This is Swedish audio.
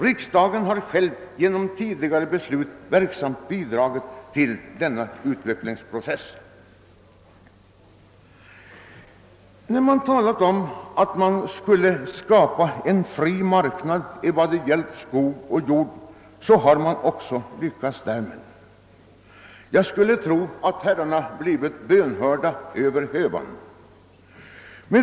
Riksdagen har själv genom tidigare beslut verksamt bidragit till denna utvecklingsprocess. Man har tidigare talat om att skapa en fri marknad för jordoch skogsfastigheter, och nu har man lyckats därmed. Herrarna har faktiskt blivit bönhörda över hövan.